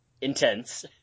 intense